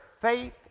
faith